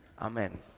Amen